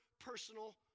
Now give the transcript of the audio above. personal